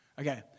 Okay